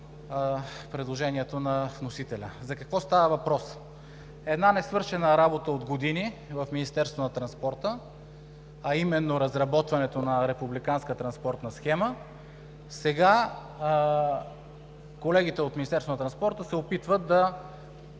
предложението на вносителя. За какво става въпрос? Една несвършена работа от години в Министерството на транспорта, а именно разработването на републиканска транспортна схема. Сега колегите от Министерството на транспорта се опитват да